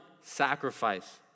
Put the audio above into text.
sacrifice